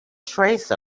trace